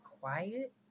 quiet